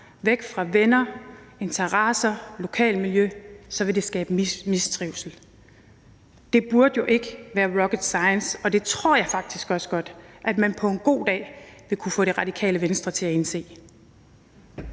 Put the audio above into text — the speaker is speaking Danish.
væk fra venner, interesser, lokalmiljø – så vil det skabe mistrivsel. Det burde jo ikke været rocket science, og det tror jeg faktisk også godt at man på en god dag vil kunne få Radikale Venstre til at indse.